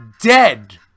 Dead